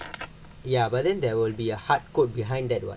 oh but then budget ya but then there will be a hard code behind that [what]